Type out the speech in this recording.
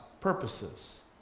purposes